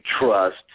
trust